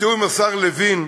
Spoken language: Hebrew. בתיאום עם השר לוין,